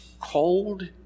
cold